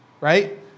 right